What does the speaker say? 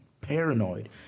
paranoid